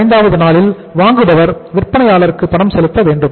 45 வது நாளில் வாங்குபவர் விற்பனையாளருக்கு பணம் செலுத்த வேண்டும்